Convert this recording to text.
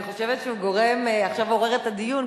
אני חושבת שעכשיו הוא עורר את הדיון,